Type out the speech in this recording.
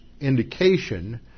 indication